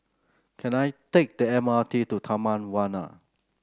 can I take the M R T to Taman Warna